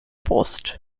brust